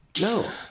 No